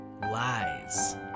Lies